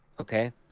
okay